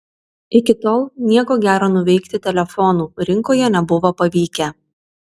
iki tol nieko gero nuveikti telefonų rinkoje nebuvo pavykę